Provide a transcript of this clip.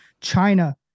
China